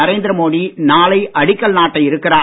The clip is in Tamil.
நரேந்திர மோடி நாளை அடிக்கல் நாட்ட இருக்கிறார்